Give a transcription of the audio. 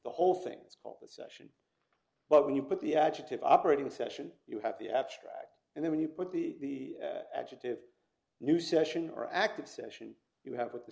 the whole thing is called the session but when you put the adjective operating session you have the abstract and then you put the adjective new session or active session you have at the